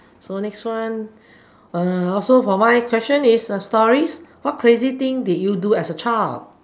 so next one uh also for my question is a story what crazy thing did you do as a child